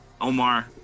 Omar